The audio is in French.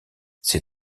ces